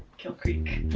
kill creek.